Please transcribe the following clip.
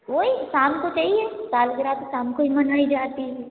वो ही शाम को चाहिये सालगिरह तो शाम को ही मनाई जाती है